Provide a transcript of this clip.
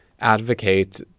advocate